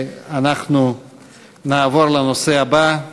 אנחנו נעבור לנושא הבא,